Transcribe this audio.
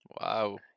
Wow